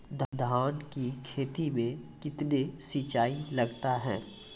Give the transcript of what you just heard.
धान की खेती मे कितने सिंचाई लगता है?